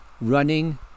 running